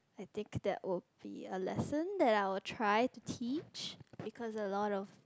I think that would be a lesson that I would try to teach because a lot of